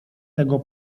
tego